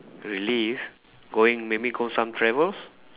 relive going maybe go some travels